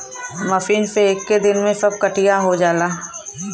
machine से एक्के दिन में सब कटिया हो जाला